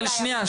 אבל שנייה,